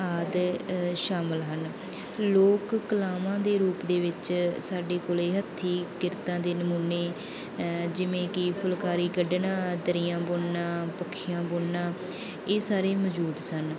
ਆਦਿ ਸ਼ਾਮਿਲ ਹਨ ਲੋਕ ਕਲਾਵਾਂ ਦੇ ਰੂਪ ਦੇ ਵਿੱਚ ਸਾਡੇ ਕੋਲ ਹੱਥੀਂ ਕਿਰਤਾਂ ਦੇ ਨਮੂਨੇ ਜਿਵੇਂ ਕਿ ਫੁੱਲਕਾਰੀ ਕੱਢਣਾ ਦਰੀਆਂ ਬੁਣਨਾ ਪੱਖੀਆਂ ਬੁਣਨਾ ਇਹ ਸਾਰੇ ਮੌਜੂਦ ਸਨ